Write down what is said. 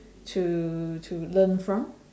to to learn from